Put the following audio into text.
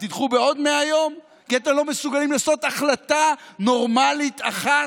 תדחו בעוד 100 יום כי אתם לא מסוגלים לעשות החלטה נורמלית אחת?